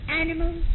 animals